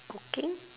cooking